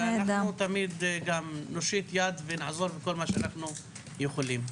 אנחנו תמיד נושיט יד ונעזור בכל מה שאנחנו יכולים.